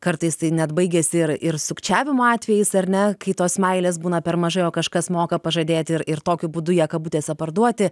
kartais tai net baigiasi ir ir sukčiavimo atvejais ar ne kai tos meilės būna per mažai o kažkas moka pažadėti ir ir tokiu būdu ją kabutėse parduoti